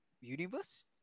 universe